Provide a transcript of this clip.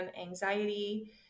anxiety